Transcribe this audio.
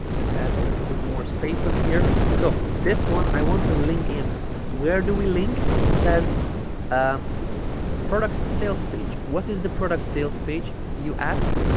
let's add a little bit more space on here so this one i want to link in where do we link it says ah product sales page what is the product sales page you ask